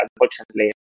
unfortunately